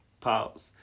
Pause